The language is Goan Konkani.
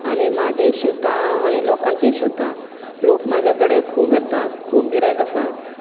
आनी म्हजें शिवतां हांव आनी लोकांचे शिवतां लोक म्हाज्या कडेन खूब येतात खूब गिरायक आसा